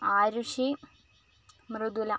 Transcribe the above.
Aarushi Mridula